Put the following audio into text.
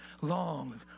long